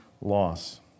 loss